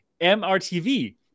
MRTV